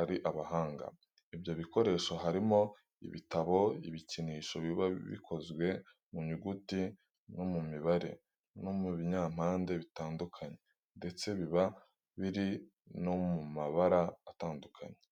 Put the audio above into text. ari abahanga. Ibyo bikoresho harimo ibitabo, ibikinisho biba bikozwe mu nyuguti no mu mibare no mu binyampande bitandukanye ndetse biba biri no mu mabara atandukanye.